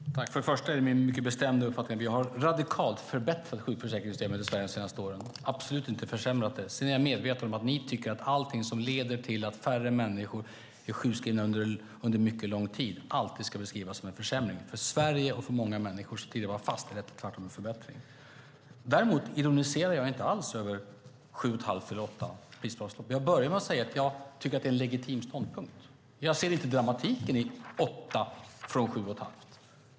Fru talman! Först och främst är det min mycket bestämda uppfattning att vi radikalt har förbättrat sjukförsäkringssystemet i Sverige under de senaste åren, absolut inte försämrat det. Jag är medveten om att ni tycker att allt som leder till att färre människor är sjukskrivna under mycket lång tid alltid ska beskrivas som en försämring. För Sverige och för många människor som tidigare var fast anställda är det tvärtom en förbättring. Jag ironiserar inte alls över 7 1⁄2 eller 8 prisbasbelopp. Jag började med att säga att jag tycker att det är en legitim ståndpunkt. Jag ser inte dramatiken i att gå till 8 från 7 1⁄2.